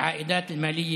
ובפרט לצעיריה,